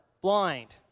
blind